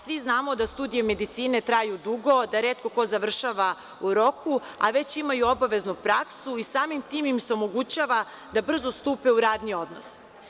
Svi znamo da studije medicine traju dugu, da retko ko završava u roku, a već imaju obaveznu praksu i samim tim se omogućava da brzo stupe u radni odnos.